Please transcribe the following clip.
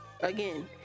again